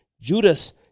Judas